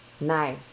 Nice